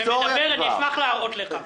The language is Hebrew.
אשמח להראות לך.